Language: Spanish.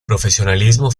profesionalismo